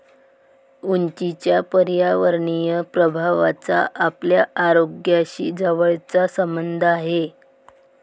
उंचीच्या पर्यावरणीय प्रभावाचा आपल्या आरोग्याशी जवळचा संबंध आहे